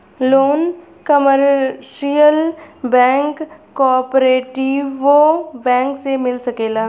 loan commercial bank cooperative bank से मिल सकेला